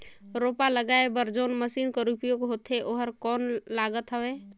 रोपा लगाय बर जोन मशीन कर उपयोग होथे ओकर कौन लागत हवय?